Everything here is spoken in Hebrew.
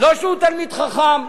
לא שהוא תלמיד חכם,